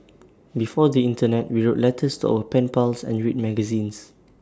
before the Internet we wrote letters our pen pals and read magazines